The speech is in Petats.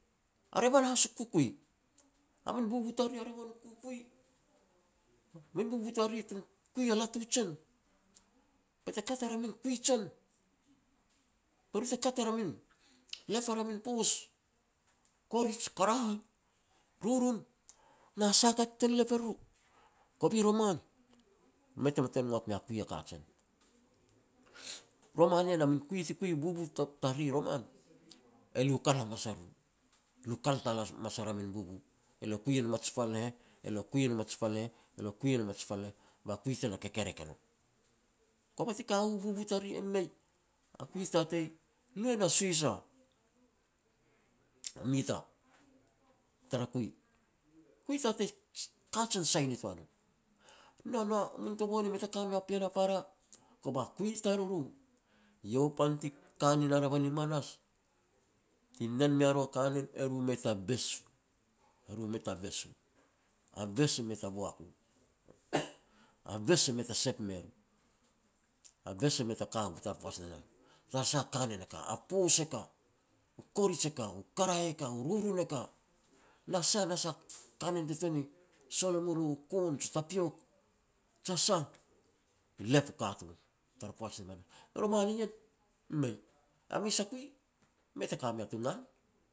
a revan has u kukui. A min bubu tariri a revan u kukui. Min bubu tariri tuan kui a latu jen be te kat er a min kui jen, be ru te kat er lep er a min poos, korij, karahai, rurun na sah a ka ti ten lep e ruru. Kovi roman, mei tama tun ngok mea kui a kajen. Roman ien, a min kui ti kui a min bubu tariri roman, e lu kal hamas e ru, lu kal tal hamas er a min bubu. E le kui e nom a ji pal ne heh, e le kui e nom a ji pal ne heh, e le kui e nom a ji pal ne heh, ba kui te na kekerek e no. Kova ti ka u bubu tariri, e mei, a kui e tatei lu e na suhis a mita tara kui. Kui tatei kajen sai nitoa nam. Noa no muntoboan e mei ta ka mea pean a para, kui tariru, iau pan ti ka nin a revan i manas, ti nen mea ru a kanen, e ru mei ta bes u, e ru mei ta bes u, a bes e mei ta boak u A bes e mei ta sep me ru, a bes e mei ta ka u tara poaj ne nah, tara sah a kanen e ka, a poos e ka, u korij e ka, u karahai e ka, u rurun e ka na sah na sah a kanen te tuan ni sol e mu lo kon jiu tapiok, jia sah, ti lep u katun tara poaj ni manas. Roman ien, mei, a mes a kui mei ta ka me tu ngan